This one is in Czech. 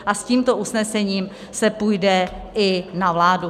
A s tímto usnesením se půjde i na vládu.